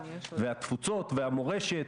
אתם צריכים להיות אלה שתתביישו כשאתם חוזרים לבתים שלכם.